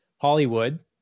Hollywood